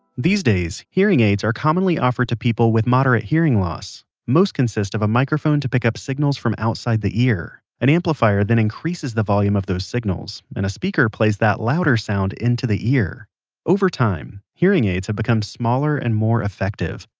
these days, hearing aids are commonly offered to people with moderate hearing loss. most consist of a microphone to pick up signals from outside the ear. an amplifier then increases the volume of those signals, and a speaker plays that louder sound into the ear over time, hearing aids have become smaller and more effective.